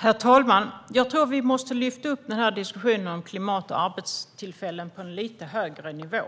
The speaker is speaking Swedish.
Herr talman! Vi måste lyfta upp diskussionen om klimat och arbetstillfällen på en högre nivå.